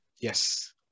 yes